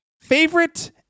favorite